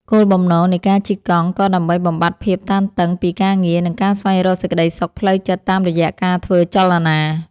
គោលបំណងនៃការជិះកង់ក៏ដើម្បីបំបាត់ភាពតានតឹងពីការងារ និងការស្វែងរកសេចក្ដីសុខផ្លូវចិត្តតាមរយៈការធ្វើចលនា។